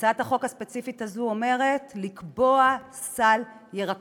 הצעת החוק הספציפית הזאת אומרת כי יש לקבוע סל ירקות